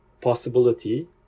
possibility